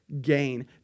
gain